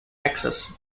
texas